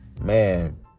man